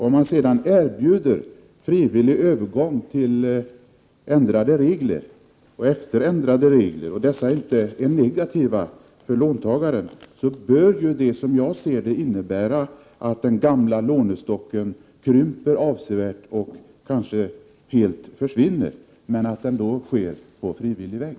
Om man sedan erbjuder frivillig övergång till ändrade regler och dessa inte är negativa för låntagaren bör det, som jag ser det, innebära att den gamla lånestocken krymper avsevärt och kanske helt försvinner. Men då sker det på frivillig väg.